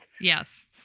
Yes